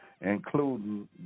including